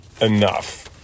enough